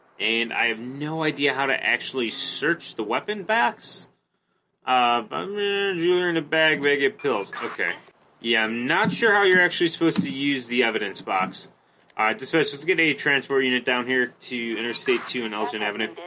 and i have no idea how to actually search the weapon box um you're in a bad way get pills okay yeah i'm not sure how you're actually supposed to use the evidence box ah all right this is good a transport unit down here to interstate two and elgin avenue